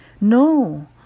No